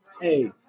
Hey